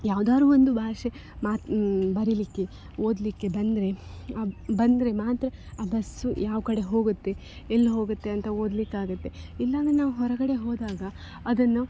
ಯಾವ್ದಾದ್ರೂ ಒಂದು ಭಾಷೆ ಮಾತು ಬರಿಲಿಕ್ಕೆ ಓದಲಿಕ್ಕೆ ಬಂದರೆ ಬಂದರೆ ಮಾತ್ರ ಆ ಬಸ್ಸು ಯಾವ ಕಡೆ ಹೋಗುತ್ತೆ ಎಲ್ಲಿ ಹೋಗುತ್ತೆ ಅಂತ ಓದಲಿಕ್ಕಾಗತ್ತೆ ಇಲ್ಲಾಂದರೆ ನಾವು ಹೊರಗಡೆ ಹೋದಾಗ ಅದನ್ನು